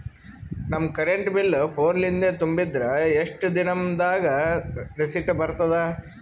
ನಮ್ current bill ಫೋನ ಲಿಂದೇ ತುಂಬಿದ್ರ, ಎಷ್ಟ ದಿ ನಮ್ ದಾಗ ರಿಸಿಟ ಬರತದ?